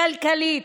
כלכלית,